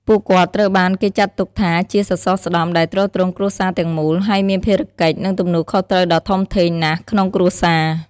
ពួកគាត់ត្រូវបានគេចាត់ទុកថាជា សសរស្តម្ភ ដែលទ្រទ្រង់គ្រួសារទាំងមូល ហើយមានភារកិច្ច និងទំនួលខុសត្រូវដ៏ធំធេងណាស់ក្នុងគ្រួសារ។